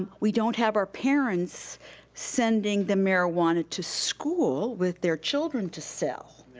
um we don't have our parents sending the marijuana to school with their children to sell.